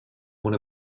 one